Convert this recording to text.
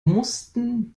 mussten